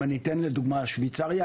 אם אני אתן לדוגמה את שוויצריה,